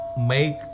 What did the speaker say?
make